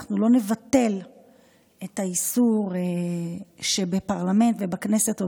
אנחנו לא נבטל את האיסור שבפרלמנט ובכנסת או